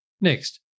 Next